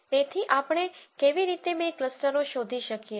તેથી આપણે કેવી રીતે બે ક્લસ્ટરો શોધી શકીએ